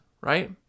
right